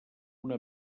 una